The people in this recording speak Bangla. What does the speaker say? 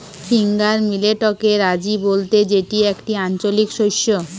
ফিঙ্গার মিলেটকে রাজি বলতে যেটি একটি আঞ্চলিক শস্য